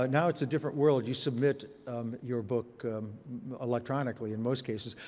but now it's a different world. you submit your book electronically in most cases.